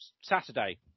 Saturday